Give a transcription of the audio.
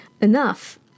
Enough